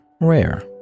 rare